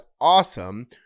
awesome